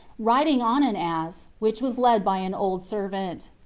riding on an ass, which was led by an old servant.